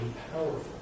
powerful